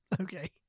Okay